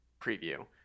preview